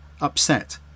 upset